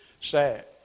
sad